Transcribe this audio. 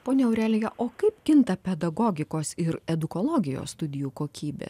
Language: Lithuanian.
ponia aurelija o kaip kinta pedagogikos ir edukologijos studijų kokybė